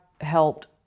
helped